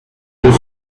deux